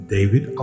David